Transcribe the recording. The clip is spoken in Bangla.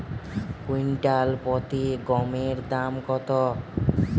কুইন্টাল প্রতি গমের দাম কত?